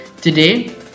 Today